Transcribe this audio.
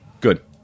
Good